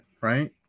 right